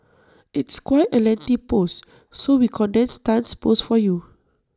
it's quite A lengthy post so we condensed Tan's post for you